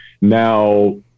Now